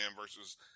versus